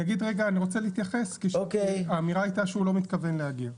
אני רוצה להתייחס כי האמירה הייתה שהוא לא מתכוון להגיע.